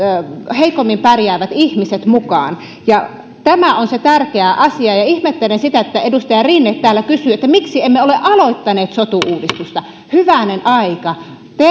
heikommin pärjäävät ihmiset mukaan tämä on se tärkeä asia ihmettelen sitä että edustaja rinne täällä kysyy miksi emme ole aloittaneet sotu uudistusta hyvänen aika tehdään